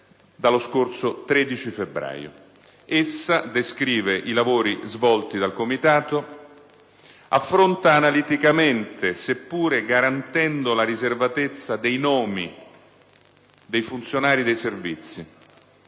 dallo scorso 13 febbraio. Essa descrive i lavori svolti dal Comitato; affronta analiticamente, seppur garantendo la riservatezza dei nomi dei funzionari dei Servizi,